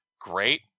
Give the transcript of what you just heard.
great